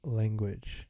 language